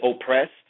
oppressed